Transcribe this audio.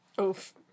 Oof